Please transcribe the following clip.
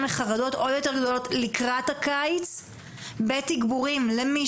לחרדות עוד יותר גדולות לקראת הקיץ בתגבורים למי